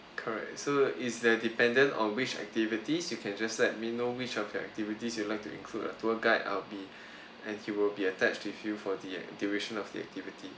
correct so it's the dependent on which activities you can just let me know which of the activities you like to include a tour guide I'll be and he will be attached with you for the duration of the activity